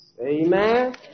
Amen